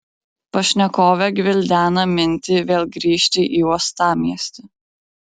pašnekovė gvildena mintį vėl grįžti į uostamiestį